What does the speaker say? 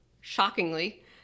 shockingly